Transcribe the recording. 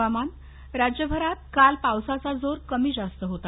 हवामान राज्यभरात काल पावसाचा जोर कमी जास्त होता